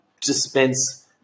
dispense